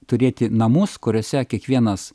turėti namus kuriuose kiekvienas